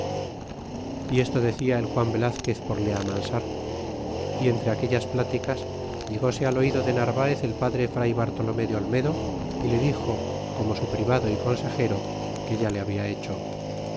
y esto decia el juan velazquez por le amansar y entre aquellas pláticas llegse al oido de narvaez el padre fray bartolome de olmedo y le dixo como su privado y consejero que ya le habla hecho